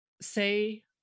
Say